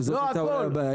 וזאת הייתה אולי הבעיה.